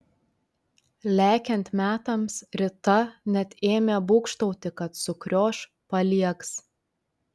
lekiant metams rita net ėmė būgštauti kad sukrioš paliegs